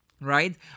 right